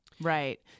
Right